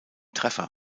treffer